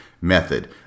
method